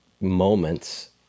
moments